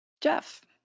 Jeff